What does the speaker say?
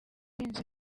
buhunzi